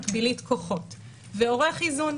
מקבילית כוחות ועורך איזון.